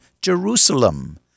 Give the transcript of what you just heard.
Jerusalem